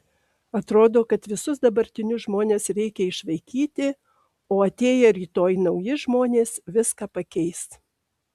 atrodo kad visus dabartinius žmones reikia išvaikyti o atėję rytoj nauji žmonės viską pakeis